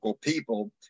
people